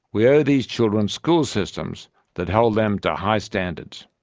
we owe these children school systems that hold them to high standards.